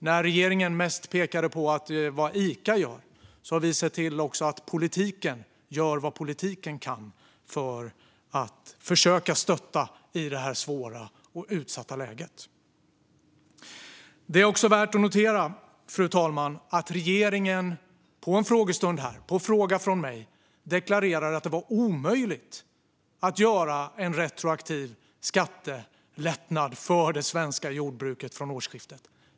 När regeringen mest har pekat på vad Ica gör har vi sett till att politiken gör vad politiken kan för att försöka stötta i detta svåra och utsatta läge. Det är också värt att notera, fru talman, att regeringen på en fråga från mig på en frågestund här deklarerade att det var omöjligt att göra en retroaktiv skattelättnad för det svenska jordbruket från årsskiftet.